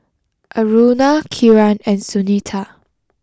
Aruna Kiran and Sunita